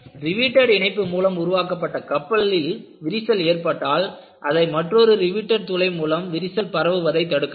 riveted இணைப்பு மூலம் உருவாக்கப்பட்ட கப்பலில் விரிசல் ஏற்பட்டால் அதை மற்றொரு ரிவீடெட் துளை மூலம் விரிசல் பரவுவதை தடுக்கலாம்